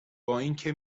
بااینکه